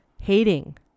hating